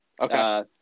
Okay